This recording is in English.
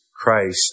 Christ